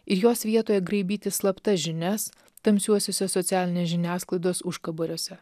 ir jos vietoje graibyti slaptas žinias tamsiuosiuose socialinės žiniasklaidos užkaboriuose